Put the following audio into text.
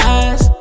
eyes